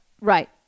Right